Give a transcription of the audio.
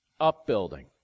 upbuilding